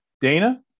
Dana